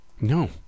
no